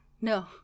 No